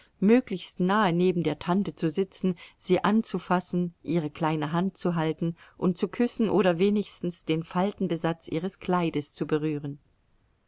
möglichst nahe neben der tante zu sitzen sie anzufassen ihre kleine hand zu halten und zu küssen oder wenigstens den faltenbesatz ihres kleides zu berühren